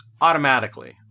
automatically